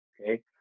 okay